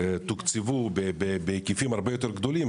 תוקצבו בהיקפים הרבה יותר גדולים,